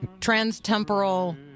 trans-temporal